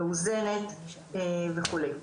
מאוזנת וכו'.